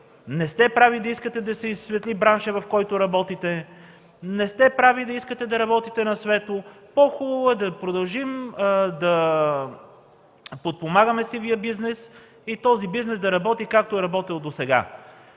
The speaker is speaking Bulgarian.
не сте прави да искате да се осветли браншът, в който работите. Не сте прави да искате да работите на светло. По-хубаво е да продължим да подпомагаме сивия бизнес и този бизнес да работи, както досега.”